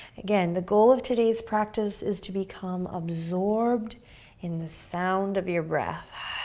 again, the goal of today's practice is to become absorbed in the sound of your breath.